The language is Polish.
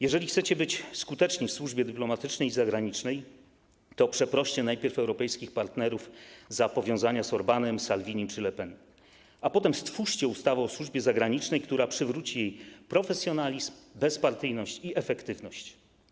Jeżeli chcecie być skuteczni w służbie dyplomatycznej i zagranicznej, to przeproście najpierw europejskich partnerów za powiązania z Orbánem, Salvinim czy Le Pen, a potem stwórzcie ustawę o służbie zagranicznej, która przywróci profesjonalizm, bezpartyjność i efektywność.